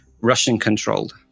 Russian-controlled